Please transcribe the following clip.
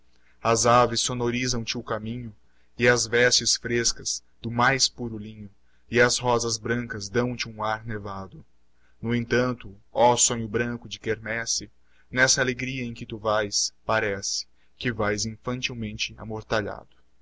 as aves sonorizam te o caminho e as vestes frescas do mais puro linho e as rosas brancas dão te um ar nevado no entanto ó sonho branco de quermesse nessa alegria em que tu vais parece que vais infantilmente amortalhado